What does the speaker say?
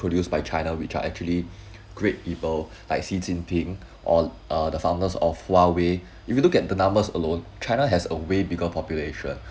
produced by china which are actually great people like xi jin ping or uh the founders of Huawei if you look at the numbers alone china has a way bigger population